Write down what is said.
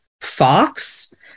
Fox